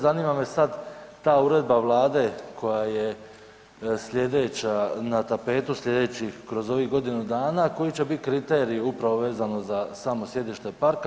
Zanima me sad ta uredba Vlade koja je slijedeća na tapetu, slijedećih kroz ovih godinu, koji će biti kriteriji upravo vezano za samo sjedište parka?